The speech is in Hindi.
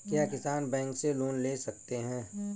क्या किसान बैंक से लोन ले सकते हैं?